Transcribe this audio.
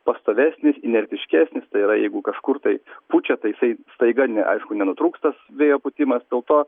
pastovesnis inertiškesnis tai yra jeigu kažkur tai pučia tai jisai staiga ne aišku nenutrūks tas vėjo pūtimas dėl to